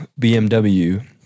BMW